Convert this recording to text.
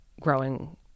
growing